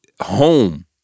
home